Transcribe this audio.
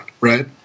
right